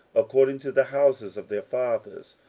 according to the houses of their fathers,